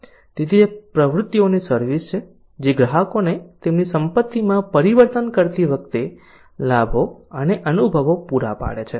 તેથી તે પ્રવૃત્તિઓની સર્વિસ છે જે ગ્રાહકોને તેમની સંપત્તિમાં પરિવર્તન કરતી વખતે લાભો અને અનુભવો પૂરા પાડે છે